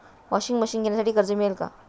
Washing machine घेण्यासाठी कर्ज मिळेल का?